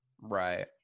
Right